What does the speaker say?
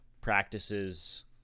practices